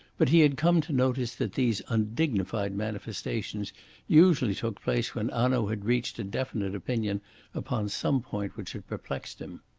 but he had come to notice that these undignified manifestations usually took place when hanaud had reached a definite opinion upon some point which had perplexed him.